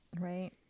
right